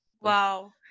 Wow